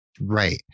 Right